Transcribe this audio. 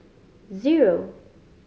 zero